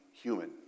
human